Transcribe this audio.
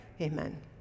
amen